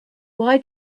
why